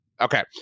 Okay